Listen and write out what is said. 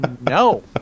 No